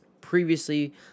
Previously